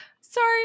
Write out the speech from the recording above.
sorry